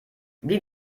wie